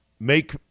make